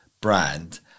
brand